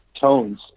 tones